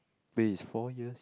wait is four years